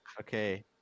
Okay